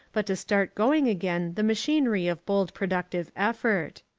but to start going again the machinery of bold productive effort.